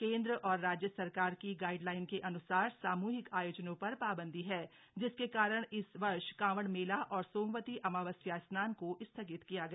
केन्द्र और राज्य सरकार की गाइडलाइन के अनुसार सामूहिक आयोजनों पर पाबन्दी है जिसके कारण इस वर्ष कांवड मेला और सोमवती अमावस्या स्नान को स्थगित किया गया